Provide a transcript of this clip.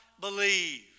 believe